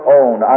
own